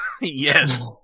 yes